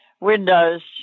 windows